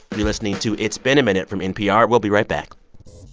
you're listening to it's been a minute from npr. we'll be right back